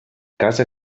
casa